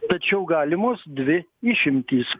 tačiau galimos dvi išimtys